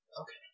Okay